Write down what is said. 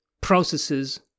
processes